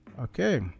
Okay